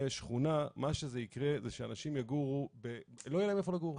שכונה מה שיקרה זה שלאנשים לא יהיה איפה לגור.